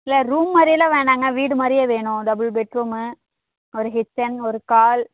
இல்லை ரூம் மாதிரிலாம் வேணாங்க வீடு மாதிரியே வேணும் டபுள் பெட்ரூமு ஒரு கிச்சன் ஒரு ஹால்